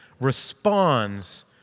responds